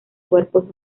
cuerpo